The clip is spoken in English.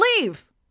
leave